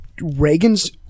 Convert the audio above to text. Reagan's